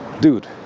dude